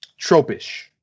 tropish